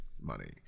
money